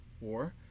war